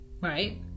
Right